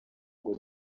ngo